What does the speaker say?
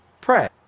pray